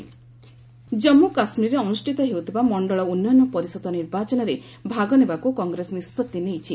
JK elections Jammu କାଶ୍ମୀରରେ ଅନୁଷ୍ଠିତ ହେଉଥିବା ମଣ୍ଡଳ ଉନ୍ନୟନ ପରିଷଦ ନିର୍ବାଚନରେ ଭାଗ ନେବାକୁ କଂଗ୍ରେସ ନିଷ୍କଭି ନେଇଛି